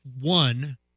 one